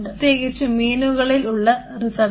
പ്രത്യേകിച്ച് മീനുകളിൽ ഉള്ള ഫോട്ടോറിസപ്റ്റർ